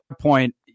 point